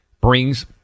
brings